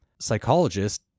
psychologist